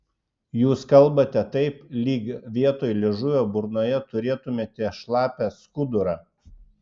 jūs kalbate taip lyg vietoj liežuvio burnoje turėtumėte šlapią skudurą